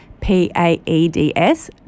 P-A-E-D-S